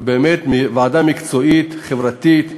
ובאמת, זו ועדה מקצועית, חברתית,